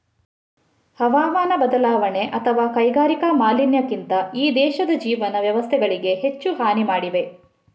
ಹವಾಮಾನ ಬದಲಾವಣೆ ಅಥವಾ ಕೈಗಾರಿಕಾ ಮಾಲಿನ್ಯಕ್ಕಿಂತ ಈ ದೇಶದ ಜೀವನ ವ್ಯವಸ್ಥೆಗಳಿಗೆ ಹೆಚ್ಚು ಹಾನಿ ಮಾಡಿದೆ